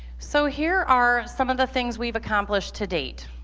so here are some of the things we've accomplished to date.